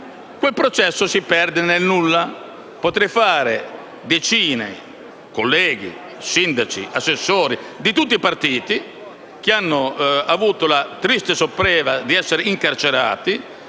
il processo si perde nel nulla. Potrei fare decine di nomi di colleghi, sindaci e assessori di tutti i partiti che hanno avuto la triste sorpresa di essere incarcerati,